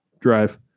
Drive